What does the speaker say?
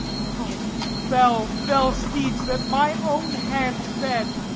o fell, fell steeds that my own hand fed,